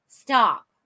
stop